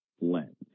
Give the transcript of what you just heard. lens